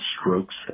strokes